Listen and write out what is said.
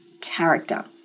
character